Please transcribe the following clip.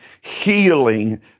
healing